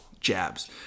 jabs